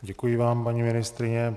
Děkuji vám, paní ministryně.